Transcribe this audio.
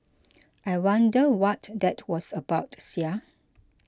I wonder what that was about sia